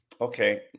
okay